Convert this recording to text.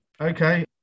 Okay